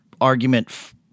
argument